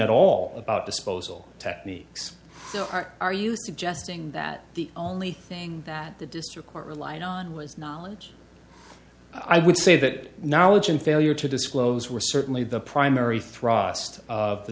at all about disposal techniques are you suggesting that the only thing that the district court relied on was knowledge i would say that knowledge and failure to disclose were certainly the primary thrust of the